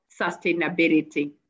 sustainability